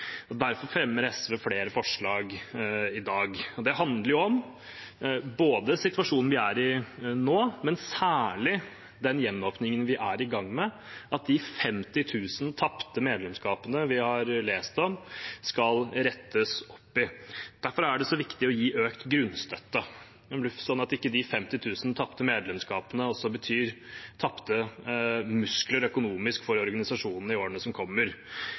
og derfor fremmer SV flere forslag i dag. Det handler om ikke bare den situasjonen vi er i nå, men særlig den gjenåpningen vi er i gang med, at de 50 000 tapte medlemskapene vi har lest om, skal rettes opp i. Derfor er det så viktig å gi økt grunnstøtte, sånn at ikke de 50 000 tapte medlemskapene også betyr tapte økonomiske muskler for organisasjonene i årene som kommer.